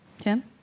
Tim